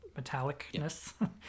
metallicness